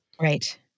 Right